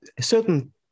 Certain